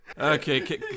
Okay